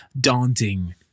daunting